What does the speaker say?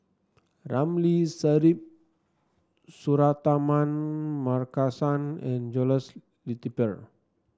Ramli Sarip Suratman Markasan and Jules Itier